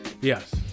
Yes